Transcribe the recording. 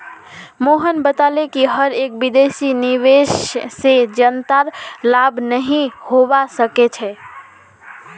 मोहन बताले कि हर एक विदेशी निवेश से जनतार लाभ नहीं होवा सक्छे